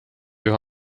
ühe